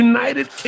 United